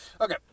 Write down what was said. Okay